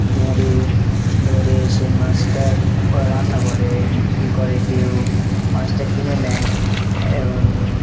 ধরে ধরে সেই মাছটা ওরা রান্না করে বিক্রি করে কেউ মাছটা কিনে নেয় এবং